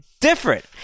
different